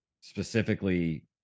specifically